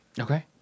Okay